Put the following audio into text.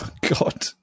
god